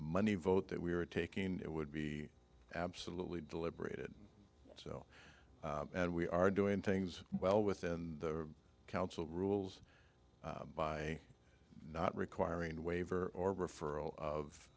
money vote that we were taking it would be absolutely deliberated so and we are doing things well within the council rules by not requiring a waiver or referral